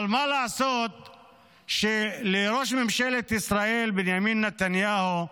אבל מה לעשות שלראש ממשלת ישראל בנימין נתניהו,